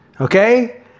okay